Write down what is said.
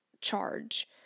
charge